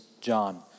John